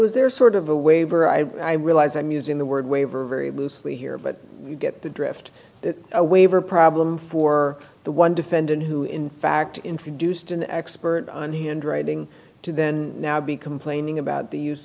is there sort of a waiver i realize i'm using the word waiver very loosely here but you get the drift that a waiver problem for the one defendant who in fact introduced an expert on handwriting to then now be complaining about the use